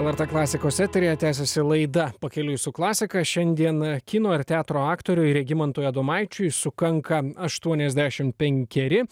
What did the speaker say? lrt klasikos eteryje tęsiasi laida pakeliui su klasika šiandien kino ir teatro aktoriui regimantui adomaičiui sukanka aštuoniasdešim penkeri